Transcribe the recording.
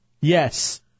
Yes